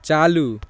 चालू